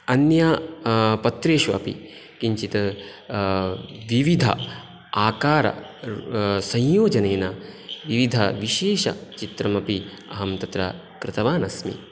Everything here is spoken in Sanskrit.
अन्यपत्रेषु अपि किञ्चित् द्विविध आकार संयोजनेन विविधविशेषचित्रम् अपि अहं तत्र कृतवान् अस्मि